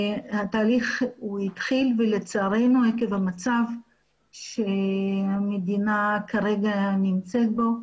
התהליך התחיל אבל לצערנו עקב המצב שהמדינה כרגע מצויה בו,